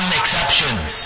exceptions